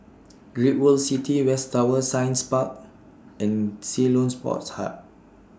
Great World City West Tower Science Park and Ceylon Sports Hub